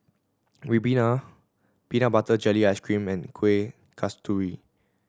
ribena peanut butter jelly ice cream and Kuih Kasturi